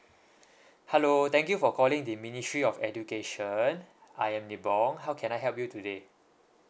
hello thank you for calling the ministry of education I am nibong how can I help you today